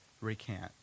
recant